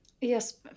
yes